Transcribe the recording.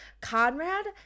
Conrad